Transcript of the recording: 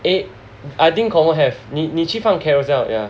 eh I think confirm have 你你去放 Carousell yeah